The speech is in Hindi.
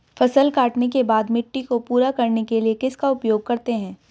फसल काटने के बाद मिट्टी को पूरा करने के लिए किसका उपयोग करते हैं?